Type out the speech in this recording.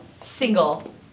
single